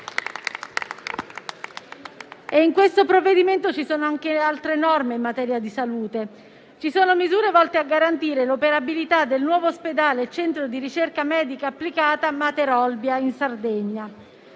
In questo provvedimento ci sono anche altre norme in materia di salute: ci sono, ad esempio, misure volte a garantire l'operabilità del nuovo ospedale e centro di ricerca medica applicata Mater Olbia in Sardegna.